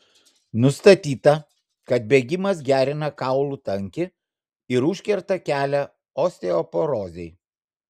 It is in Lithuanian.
nustatyta kad bėgimas gerina kaulų tankį ir užkerta kelią osteoporozei